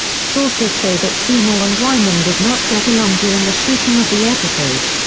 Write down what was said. sources say that seymour and wyman did not get along during the shooting of the episode.